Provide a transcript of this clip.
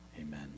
Amen